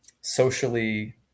socially